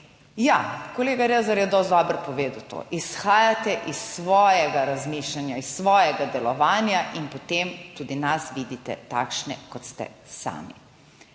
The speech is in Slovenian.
Ja, kolega Rezar je dosti dobro povedal to: izhajate iz svojega razmišljanja, iz svojega delovanja in potem tudi nas vidite takšne kot ste sami.